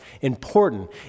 important